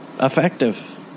effective